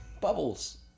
Bubbles